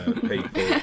people